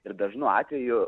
ir dažnu atveju